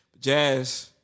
Jazz